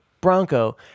Bronco